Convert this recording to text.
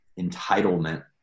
entitlement